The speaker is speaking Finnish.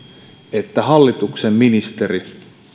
että hallituksen ministeri